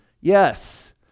Yes